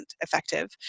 effective